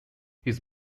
his